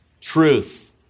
truth